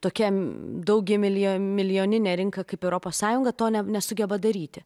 tokia daugiamilijo milijoninė rinka kaip europos sąjunga to nesugeba daryti